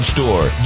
Store